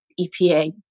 EPA